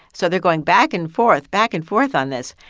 so they're going back and forth, back and forth on this.